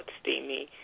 steamy